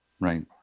Right